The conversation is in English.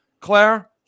Claire